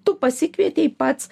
tu pasikvietei pats